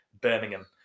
Birmingham